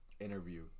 interview